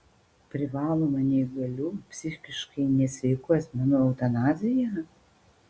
privaloma neįgalių psichiškai nesveikų asmenų eutanazija